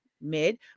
mid